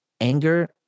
anger